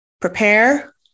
prepare